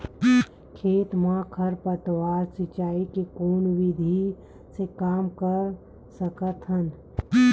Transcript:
खेत म खरपतवार सिंचाई के कोन विधि से कम कर सकथन?